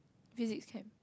physics chem